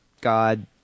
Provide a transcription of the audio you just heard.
God